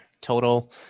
Total